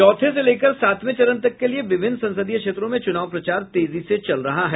चौथे से लेकर सातवें चरण तक के लिये विभिन्न संसदीय क्षेत्रों में चूनाव प्रचार तेजी से चल रहा है